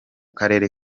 karere